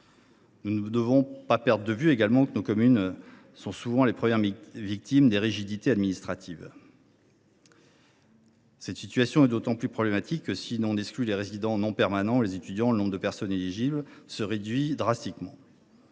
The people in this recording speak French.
Nous ne devons pas perdre de vue que nos communes rurales sont souvent les premières victimes des rigidités administratives. Cette situation est d’autant plus problématique que, si l’on exclut les résidents non permanents et les étudiants, le nombre de personnes éligibles se réduit drastiquement.